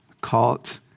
Caught